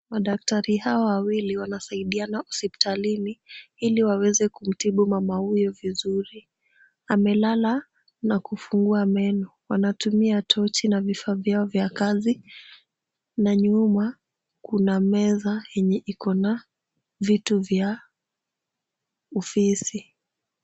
Madaktari hawa wawili wanasaidiana hospitalini, ili waweze kumtibu mama huyu vizuri. Amelala na kufungua meno. Wanatumia tochi na vifaa vyao vya kazi na nyuma kuna meza yenye iko na vitu vya ofisi.